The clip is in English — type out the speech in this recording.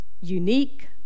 unique